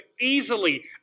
easily